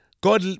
God